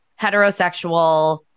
heterosexual